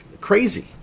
Crazy